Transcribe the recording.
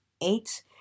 eight